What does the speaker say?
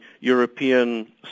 European